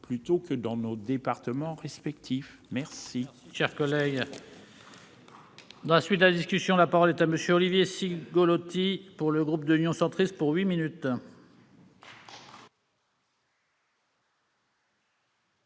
plutôt que dans nos départements respectifs. Mes